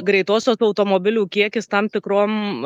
greitosios automobilių kiekis tam tikrom